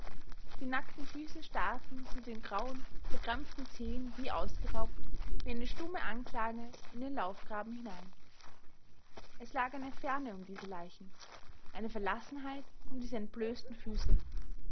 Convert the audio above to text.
die nackten füße starrten mit den grauen verkrampften zehen wie ausgeraubt wie eine stumme anklage in den laufgraben hinein es lag eine ferne um diese leichen eine verlassenheit um diese entblößten füße